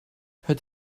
het